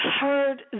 heard